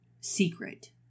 secret